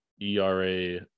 era